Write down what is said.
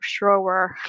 Schroer